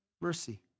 mercy